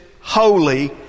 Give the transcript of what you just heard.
holy